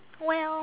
well